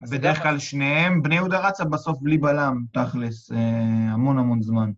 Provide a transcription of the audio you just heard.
בדרך כלל שניהם, בני יהודה רצה בסוף בלי בלם תכלס המון המון זמן.